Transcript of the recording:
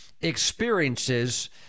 experiences